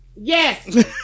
Yes